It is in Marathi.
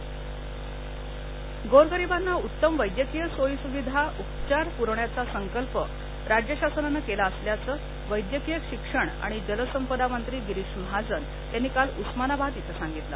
गिरीश महाजन गोरगरिबाना उत्तम वैद्यकीय सोयी सुविधाउपचार प्रवण्याचा संकल्प राज्यशासनान केला असल्याचे वैद्यकीय शिक्षण आणि जल संपदा मंत्री गिरीश महाजन यांनी काल उस्मानाबाद इथं सांगितलं